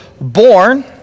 born